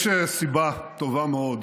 יש סיבה טובה מאוד